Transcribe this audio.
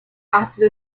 after